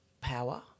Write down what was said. power